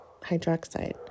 hydroxide